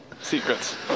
secrets